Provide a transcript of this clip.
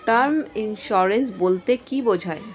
Term insurance বলতে কী বোঝায়?